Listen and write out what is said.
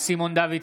סימון דוידסון,